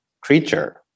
creature